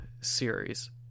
series